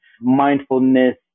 mindfulness